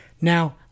Now